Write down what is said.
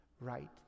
right